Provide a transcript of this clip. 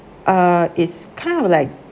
uh it's kind of like